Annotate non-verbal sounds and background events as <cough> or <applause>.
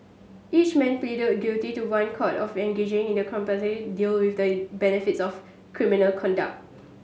each man pleaded guilty to one count of engaging in a <unintelligible> deal with the benefits of criminal conduct